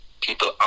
people